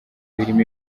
birimo